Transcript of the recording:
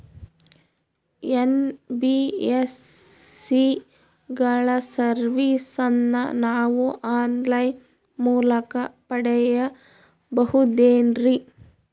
NBSC ಗಳ ಸರ್ವಿಸನ್ನ ನಾವು ಆನ್ ಲೈನ್ ಮೂಲಕ ಪಡೆಯಬಹುದೇನ್ರಿ?